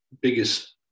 biggest